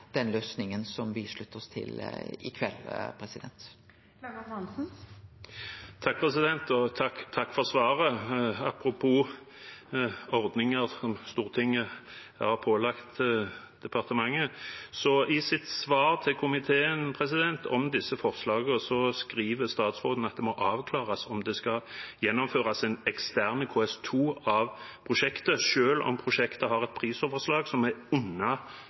svaret. Apropos ordninger som Stortinget har pålagt departementet: I sitt svar til komiteen om disse forslagene skriver statsråden at det må avklares om det skal gjennomføres en ekstern kvalitetssikring, KS2, av prosjektet, selv om prosjektet har et prisoverslag som er